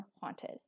haunted